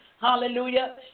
Hallelujah